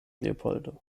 leopoldo